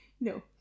No